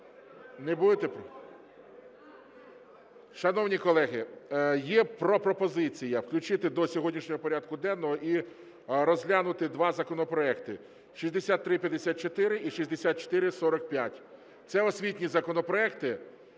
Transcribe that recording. Не будете? Шановні колеги, є пропозиція включити до сьогоднішнього порядку денного і розглянути два законопроекти 6354 і 6445 – це освітні законопроекти.